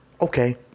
Okay